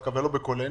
דווקא בקולך,